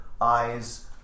eyes